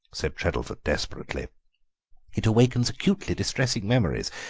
said treddleford desperately it awakens acutely distressing memories.